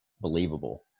believable